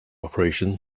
operation